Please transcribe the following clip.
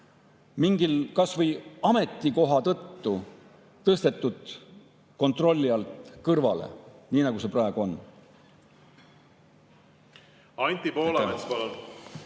kas või ametikoha tõttu tõstetud kontrolli alt kõrvale, nii nagu see praegu on. Anti Poolamets,